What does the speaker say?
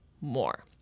more